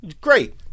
Great